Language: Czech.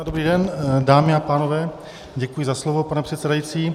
Dobrý den dámy a pánové, děkuji za slovo, pane předsedající.